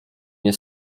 nie